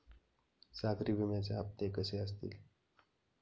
सागरी विम्याचे हप्ते कसे असतील?